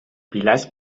pilars